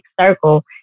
circle